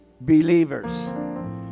believers